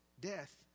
death